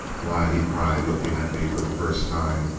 why! he cried, looking at me for the first time,